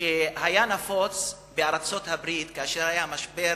שהיה נפוץ בארצות-הברית כאשר היה המשבר